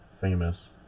famous